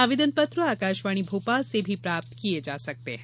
आवेदन पत्र आकाशवाणी भोपाल से भी प्राप्त किये जा सकते हैं